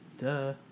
Duh